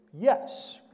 yes